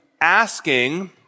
asking